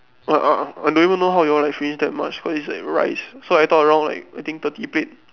I don't even know how you all like finish that much cause it's like rice so I thought around like eating thirty plates